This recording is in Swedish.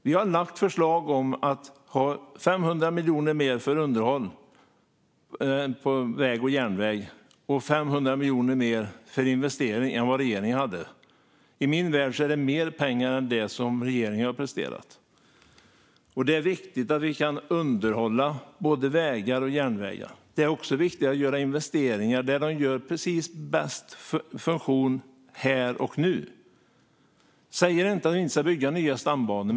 Vi har lagt fram förslag om 500 miljoner mer till underhåll på väg och järnväg och 500 miljoner mer till investeringar än vad regeringen har föreslagit. I min värld är det mer pengar än det som regeringen har presterat. Det är viktigt att vi kan underhålla både vägar och järnvägar. Det är också viktigt att göra investeringar där de fyller bäst funktion här och nu. Jag säger inte att vi inte ska bygga nya stambanor.